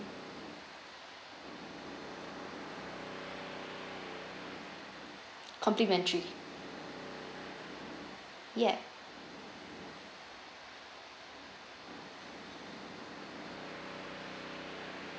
complimentary yeah